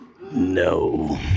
No